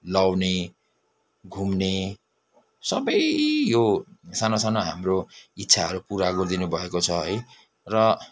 लाउने घुम्ने सबै यो सानो सानो हाम्रो इच्छाहरू पूरा गरिदिनु भएको छ है र